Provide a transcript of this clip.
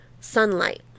Sunlight